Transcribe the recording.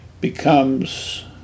becomes